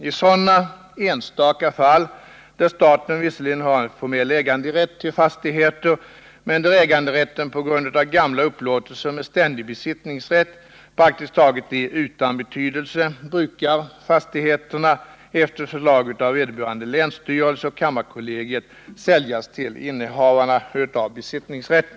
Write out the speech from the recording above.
I sådana enstaka fall där staten visserligen har en formell äganderätt till fastigheter men där äganderätten på grund av gamla upplåtelser med ständig besittningsrätt praktiskt taget är utan betydelse brukar fastigheterna, efter förslag av vederbörande länsstyrelse och kammarkollegiet, säljas till innehavarna av besittningsrätten.